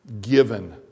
given